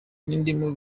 n’indimu